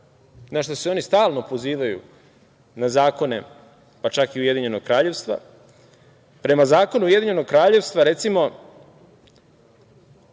na šta se oni stalno pozivaju, na zakone pa čak i Ujedinjenog kraljevstva, prema zakonu Ujedinjenog kraljevstva recimo